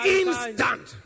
instant